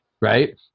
right